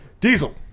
Diesel